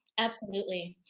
absolutely.